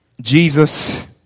Jesus